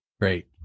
Great